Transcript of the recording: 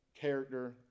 character